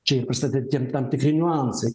čia ir prasideda tam tikri niuansai